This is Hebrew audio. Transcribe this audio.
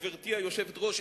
גברתי היושבת-ראש,